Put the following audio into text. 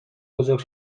بزرگ